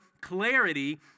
clarity